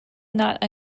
not